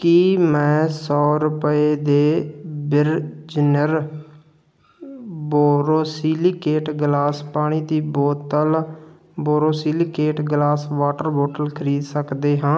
ਕੀ ਮੈਂ ਸੌ ਰੁਪਏ ਦੇ ਬਿਰਜਨਰ ਬੋਰੋਸੀਲੀਕੇਟ ਗਲਾਸ ਪਾਣੀ ਦੀ ਬੋਤਲ ਬੋਰੋਸੀਲੀਕੇਟ ਗਲਾਸ ਵਾਟਰ ਬੋਤਲ ਖਰੀਦ ਸਕਦਾ ਹਾਂ